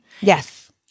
Yes